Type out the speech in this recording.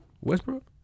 Westbrook